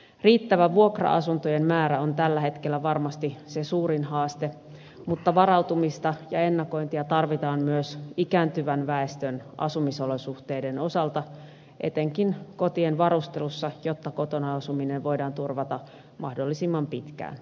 riittävä vuokra asuntojen määrä on tällä hetkellä varmasti se suurin haaste mutta varautumista ja ennakointia tarvitaan myös ikääntyvän väestön asumisolosuhteiden osalta etenkin kotien varustelussa jotta kotona asuminen voidaan turvata mahdollisimman pitkään